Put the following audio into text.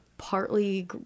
Partly